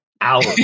hours